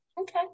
Okay